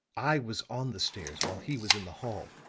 i was on the stairs while he was in the hall.